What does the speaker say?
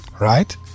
right